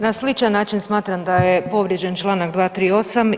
Na sličan način smatram da je povrijeđen članak 238.